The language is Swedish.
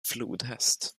flodhäst